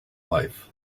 life